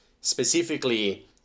Specifically